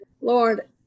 Lord